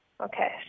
Okay